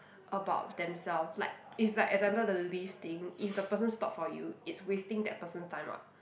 about themselves like if like example the lift thing if the person stop for you it's wasting that person's time [what]